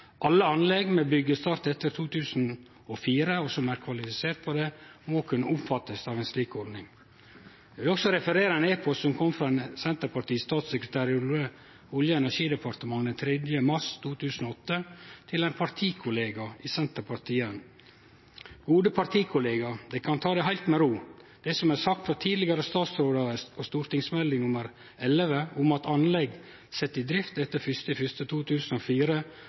Alle anlegg med byggestart etter 2004 og som kvalifiserer for det, må kunne omfattes av ordningen.» Eg vil også referere ein e-post som kom frå ein Senterparti-statssekretær i Olje- og energidepartementet den 3. mars 2008, til ein partikollega i Senterpartiet: «Gode partikollega. Du kan ta det helt med ro. Det som er sagt fra tidligere statsråder og i stortingsmelding nr 11 om at anlegg satt i drift etter